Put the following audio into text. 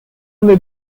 may